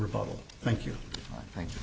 republic thank you thank you